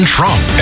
Trump